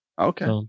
Okay